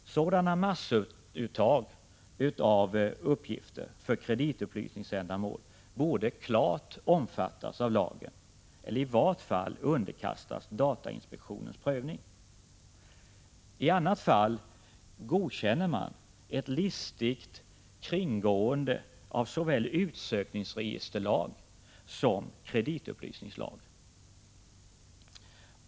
Sådana massuttag av uppgifter för kreditupplysningsändamål borde klart omfattas av lagen eller i vart fall underkastas datainspektionens prövning. I annat fall godkänner man ett listigt kringgående av såväl utsökningsregisterlag som kreditupplysningslag.